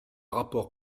rapport